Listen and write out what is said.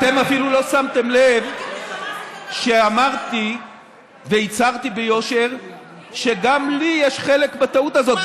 אתם אפילו לא שמתם לב שאמרתי והצהרתי ביושר שגם לי יש חלק בטעות הזאת.